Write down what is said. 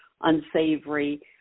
unsavory